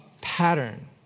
pattern